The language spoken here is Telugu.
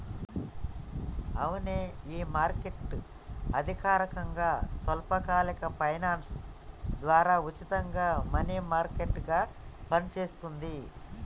అవునే ఈ మార్కెట్ అధికారకంగా స్వల్పకాలిక ఫైనాన్స్ ద్వారా ఉచితంగా మనీ మార్కెట్ గా పనిచేస్తుంది